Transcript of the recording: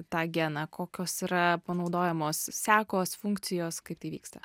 tą geną kokios yra panaudojamos sekos funkcijos kaip tai vyksta